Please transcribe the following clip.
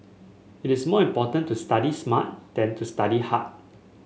it is more important to study smart than to study hard